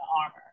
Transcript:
armor